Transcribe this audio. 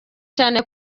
cyane